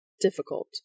difficult